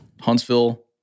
Huntsville